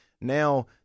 Now